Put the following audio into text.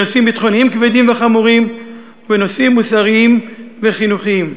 בנושאים ביטחוניים כבדים וחמורים ובנושאים מוסריים וחינוכיים.